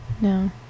No